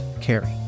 Carrie